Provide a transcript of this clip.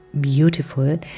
Beautiful